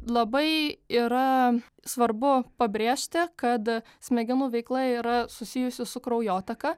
labai yra svarbu pabrėžti kad smegenų veikla yra susijusi su kraujotaka